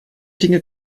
dinge